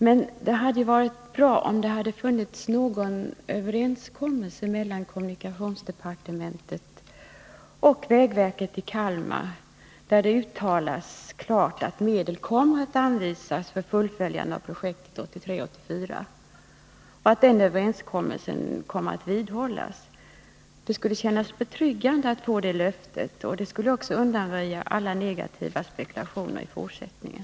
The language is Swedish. Det hade emellertid varit bra, om det hade funnits någon överenskommelse mellan kommunikationsdepartementet och vägverket i Kalmar, där det klart uttalas att medel kommer att anvisas för ett fullföljande av projektet 1983 och 1984 och att denna överenskommelse skall hållas. Det skulle kännas betryggande, om man finge ett sådant löfte, och det skulle också undanröja alla negativa komplikationer i fortsättningen.